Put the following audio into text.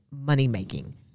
money-making